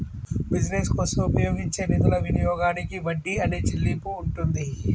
business కోసం ఉపయోగించే నిధుల వినియోగానికి వడ్డీ అనే చెల్లింపు ఉంటుంది